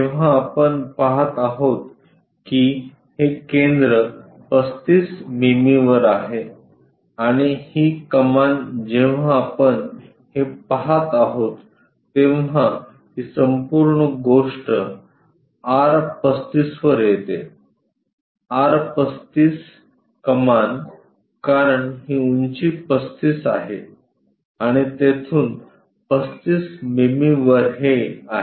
जेव्हा आपण पहात आहोत की हे केंद्र 35 मिमी वर आहे आणि ही कमान जेव्हा आपण हे पहात आहोत तेव्हा ही संपूर्ण गोष्ट आर 35 वर येते आर 35 कमान कारण ही उंची 35 आहे आणि तेथून 35 मिमी वर हे आहे